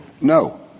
No